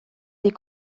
des